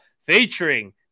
featuring